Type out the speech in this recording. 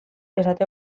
esate